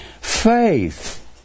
faith